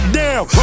down